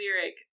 lyric